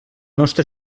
nostre